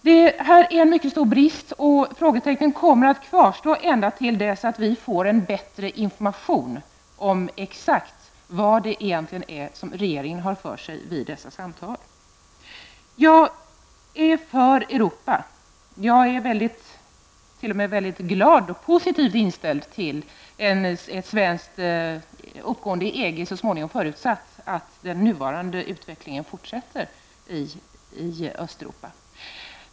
Det är en mycket stor brist, och frågetecknen kommer att kvarstå ända till dess att vi får exakt information av vad regeringen har för sig vid dessa samtal. Jag är för Europa och mycket positivt inställd till ett svenskt uppgående i EG så småningom, förutsatt att den nuvarande utvecklingen fortsätter i Östeuropa.